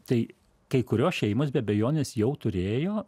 tai kai kurios šeimos be abejonės jau turėjo